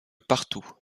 partout